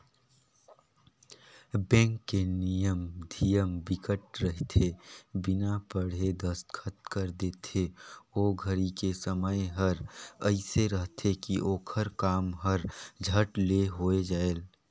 bank के नियम धियम बिकट रहिथे बिना पढ़े दस्खत कर देथे ओ घरी के समय हर एइसे रहथे की ओखर काम हर झट ले हो जाये